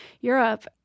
Europe